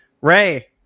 Ray